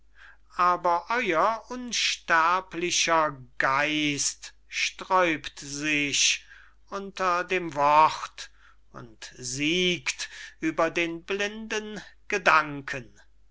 aber euer unsterblicher geist sträubt sich unter dem wort und siegt über den blinden gedanken